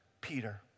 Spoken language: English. Peter